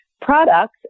products